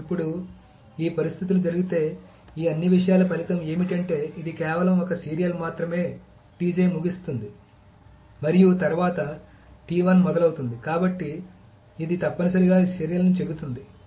ఇప్పుడు ఈ పరిస్థితులు జరిగితే ఈ అన్ని విషయాల ఫలితం ఏమిటి అంటే ఇది కేవలం ఒక సీరియల్ మాత్రమే ముగుస్తుంది మరియు తరువాత మొదలవుతుంది కాబట్టి ఇది తప్పనిసరిగా ఈ సీరియల్ని చెబుతోంది